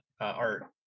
art